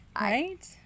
right